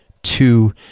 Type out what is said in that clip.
two